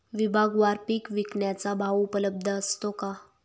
विभागवार पीक विकण्याचा भाव उपलब्ध असतो का?